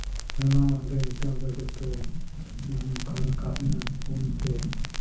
ᱥᱟᱱᱟᱢᱟᱜ ᱜᱮ ᱱᱤᱛᱚᱜ ᱫᱚ ᱡᱚᱛᱚ ᱱᱚᱝᱠᱟ ᱨᱟᱠᱟᱵᱽᱮᱱᱟ ᱯᱷᱳᱱᱛᱮ